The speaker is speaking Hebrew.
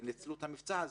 שניצלו את המבצע הזה.